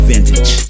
Vintage